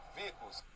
vehicles